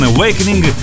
Awakening